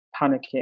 panicking